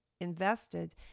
invested